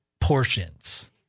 portions